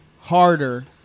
harder